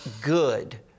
good